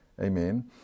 Amen